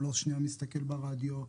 הוא לא מסתכל ברדיו שנייה,